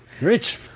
Rich